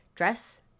dress